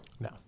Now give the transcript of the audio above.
No